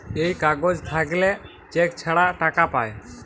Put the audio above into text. এই কাগজ থাকল্যে চেক ছাড়া টাকা পায়